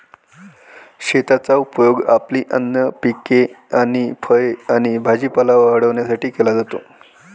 शेताचा उपयोग आपली अन्न पिके आणि फळे आणि भाजीपाला वाढवण्यासाठी केला जातो